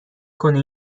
کنه